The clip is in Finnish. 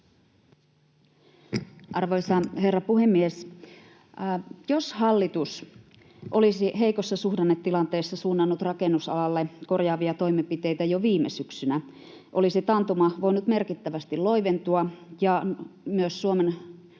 Arvoisa herra puhemies! Jos hallitus olisi heikossa suhdannetilanteessa suunnannut rakennusalalle korjaavia toimenpiteitä jo viime syksynä, olisi taantuma voinut merkittävästi loiventua ja myös Suomen paluu